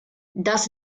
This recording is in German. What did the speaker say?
das